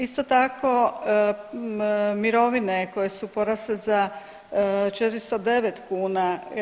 Isto tako, mirovine koje su porasle za 409 kuna.